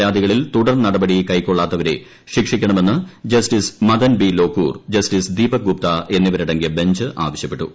പരാതികളിൽ തുടർ നടപടി ക്ക്കെക്കാള്ളാത്തവരെ ശിക്ഷിക്കണമെന്ന് ജസ്റ്റിസ് മദൻ ബി ലോക്കുർ ക്ട്ട് ജസ്റ്റിസ് ദീപക് ഗുപ്ത എന്നിവരടങ്ങിയ ബഞ്ച് ആവശ്യപ്പെട്ടു